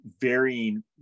varying